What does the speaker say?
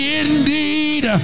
indeed